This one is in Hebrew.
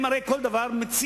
הם הרי כל דבר מציעים,